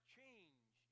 change